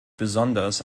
besonders